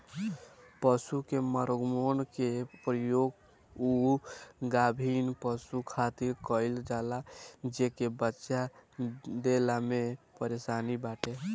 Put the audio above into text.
पशु के हार्मोन के प्रयोग उ गाभिन पशु खातिर कईल जाला जेके बच्चा देला में परेशानी बाटे